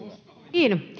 niin